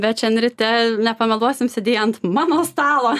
bet šian ryte nepameluosim sėdėjai ant mano stalo